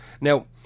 Now